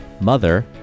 mother